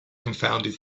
confounded